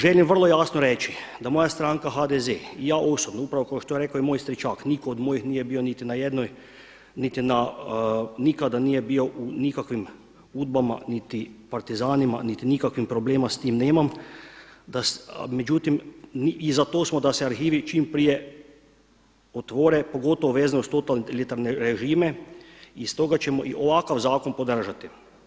Želim vrlo jasno reći da moja stranka HDZ i ja osobno upravo kao što je rekao i moj Stričak niko od mojih nije bio niti na jednoj nikada nije bio u nikakvim udbama, niti partizanima, niti nikakvim problema s tim nemam, međutim za to smo da se arhivi čim prije otvore pogotovo vezano uz totalitarne režime i stoga ćemo i ovakav zakon podržati.